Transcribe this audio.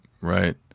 Right